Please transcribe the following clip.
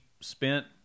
spent